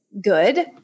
good